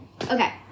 Okay